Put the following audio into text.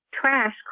trash